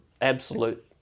absolute